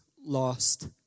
lost